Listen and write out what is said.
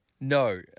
No